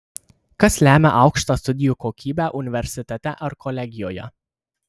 kas lemia aukštą studijų kokybę universitete ar kolegijoje